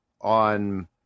on